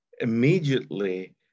immediately